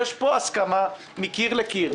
יש פה הסכמה מקיר אל קיר.